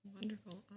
Wonderful